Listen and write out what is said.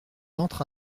entre